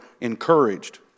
encouraged